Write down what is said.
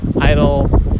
idle